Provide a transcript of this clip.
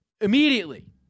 immediately